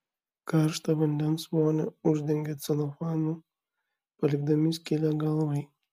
karštą vandens vonią uždengia celofanu palikdami skylę galvai